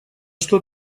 что